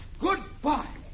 Goodbye